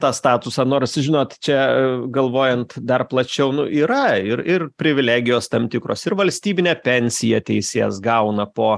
tą statusą nors žinot čia galvojant dar plačiau nu yra ir ir privilegijos tam tikros ir valstybinę pensiją teisėjas gauna po